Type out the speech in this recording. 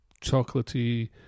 chocolatey